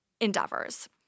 endeavors